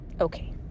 Okay